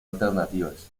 alternativas